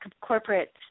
corporate